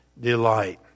delight